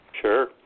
Sure